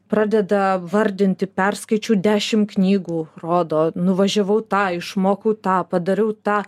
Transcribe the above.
pradeda vardinti perskaičiau dešim knygų rodo nuvažiavau tą išmokau tą padariau tą